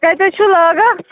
کَتہِ حظ چھُو لاگان